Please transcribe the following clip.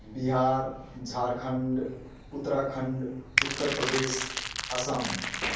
Bihar Jharkhand Uttarakhand Uttar Pradesh Assam